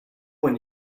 when